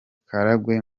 karagwe